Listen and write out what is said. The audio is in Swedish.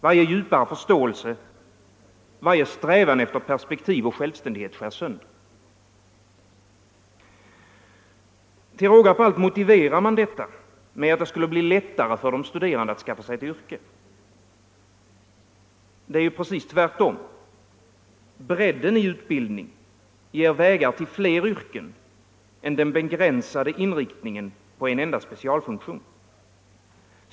Varje djupare förståelse, varje strävan efter perspektiv och självständighet skärs sönder. Till råga på allt motiverar man detta med att det skulle bli lättare för de studerande att skaffa sig ett yrke. Det är precis tvärtom. Bredden i utbildning ger vägar till fler yrken än den begränsade inriktningen på en enda specialfunktion.